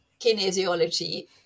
kinesiology